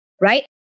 Right